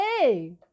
Hey